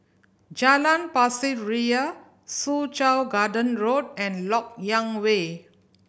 Jalan Pasir Ria Soo Chow Garden Road and Lok Yang Way